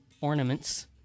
ornaments